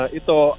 ito